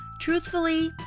Truthfully